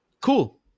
Cool